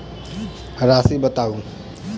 राशि बताउ